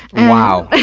wow.